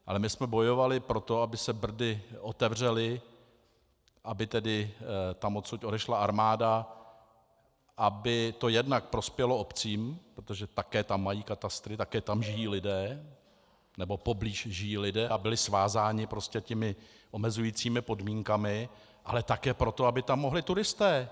Ale my jsme bojovali pro to, aby se Brdy otevřely, aby tedy tam odsud odešla armáda, aby to jednak prospělo obcím, protože také tam mají katastry, také tam žijí lidé, nebo poblíž žijí lidé, a byli svázáni těmi omezujícími podmínkami, ale také proto, aby tam mohli turisté.